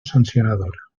sancionadora